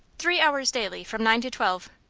three hours daily from nine to twelve.